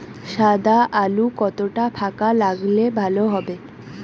সাদা আলু কতটা ফাকা লাগলে ভালো হবে?